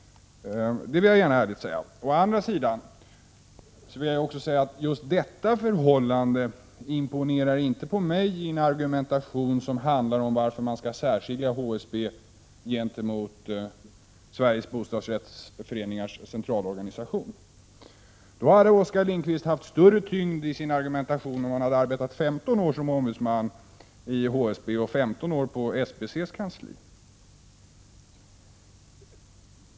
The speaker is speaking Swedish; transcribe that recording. Det vill jag ärligt säga. Å andra sidan imponerar inte just detta förhållande på mig i en argumentation som handlar om varför man skall särskilja HSB från SBC. Då hade Oskar Lindkvist haft större tyngd i sin argumentation om han arbetat 15 år som ombudsman i HSB och 15 år på SBC:s kansli.